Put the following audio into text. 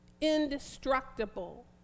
indestructible